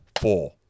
four